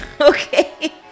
okay